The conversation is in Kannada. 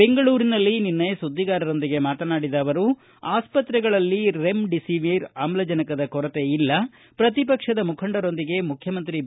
ಬೆಂಗಳೂರಿನಲ್ಲಿ ನಿನ್ನೆ ಸುದ್ದಿಗಾರರೊಂದಿಗೆ ಮಾತನಾಡಿದ ಅವರು ಆಸ್ತ್ರೆಗಳಲ್ಲಿ ರೆಮ್ಡಿಸಿವಿರ್ ಆಮ್ಲಜನಕದ ಕೊರತೆ ಇಲ್ಲ ಪ್ರತಿ ಪಕ್ಷದ ಮುಖಂಡರೊಂದಿಗೆ ಮುಖ್ಯಮಂತ್ರಿ ಬಿ